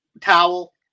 Towel